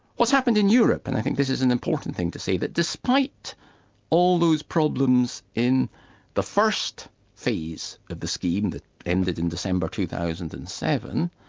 what's happened in europe, and i think this is an important thing to say, that despite all those problems in the first phase of the scheme that ended in december, two thousand and seven,